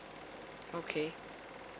okay